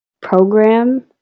program